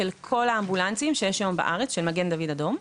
כל האמבולנסים שיש היום בארץ של מגן דוד אדום.